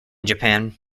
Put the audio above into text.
japan